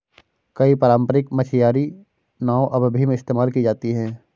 कई पारम्परिक मछियारी नाव अब भी इस्तेमाल की जाती है